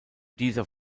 dieser